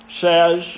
says